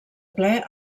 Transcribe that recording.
ple